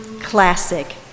classic